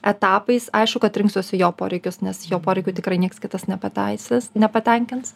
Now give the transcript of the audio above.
etapais aišku kad rinksiuosi jo poreikius nes jo poreikių tikrai nieks kitas nepateisys nepatenkins